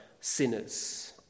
sinners